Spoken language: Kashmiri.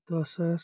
دہ ساس